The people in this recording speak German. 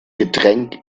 getränk